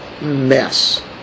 mess